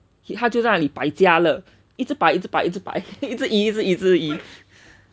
he 他就在那里摆家乐一直摆一直摆一直移一直移一直移:ta jiu zai na li bai jiae le yi zhi bai yi zhi bai yi zhi yi yi zhi yi yi zhi yi